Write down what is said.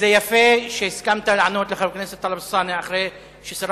חבר הכנסת שלמה מולה.